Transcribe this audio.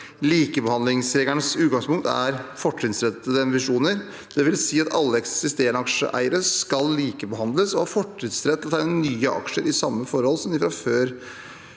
Likebehandlingsregelens utgangspunkt er fortrinnsrettede emisjoner, dvs. at alle eksisterende aksjeeiere skal likebehandles og ha fortrinnsrett til å tegne nye aksjer i samme forhold som de fra før